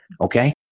Okay